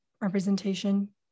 representation